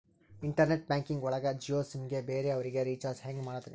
Internet banking ಒಳಗ Jio SIM ಗೆ ಬೇರೆ ಅವರಿಗೆ ರೀಚಾರ್ಜ್ ಹೆಂಗ್ ಮಾಡಿದ್ರಿ?